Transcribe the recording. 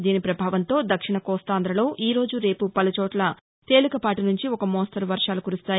దీని పభావంతో దక్షిణ కోస్తాంధ్రలో ఈరోజు రేపు పలుచోట్ల తేలికపాటి నుంచి ఒక మోస్తరు వర్వాలు కురుస్తాయి